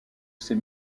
ces